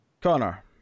Connor